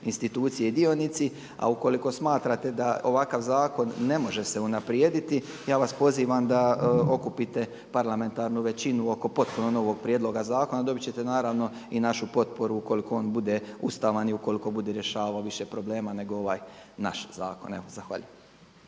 institucije i dionici. A ukoliko smatrate da ovakav zakon ne može se unaprijediti ja vas pozivam da okupite parlamentarnu većinu oko potpuno novog prijedloga zakona, dobit ćete naravno i našu potporu ukoliko on bude ustavan i ukoliko bude rješavao više problema nego ovaj naš zakon. Evo zahvaljujem.